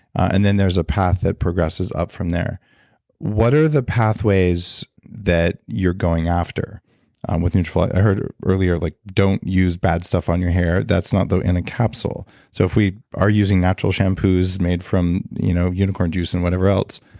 and then there's a path that progresses up from there what are the pathways that you're going after with nutrafol? i heard earlier like don't use bad stuff on your hair that's not in a capsule. so if we are using natural shampoos made from you know unicorn juice and whatever else,